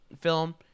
film